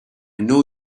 know